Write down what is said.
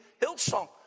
Hillsong